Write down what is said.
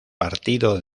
partido